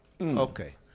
Okay